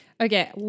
Okay